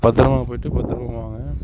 பத்தரமாக போய்ட்டு பத்தரமாக வாங்க